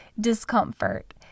discomfort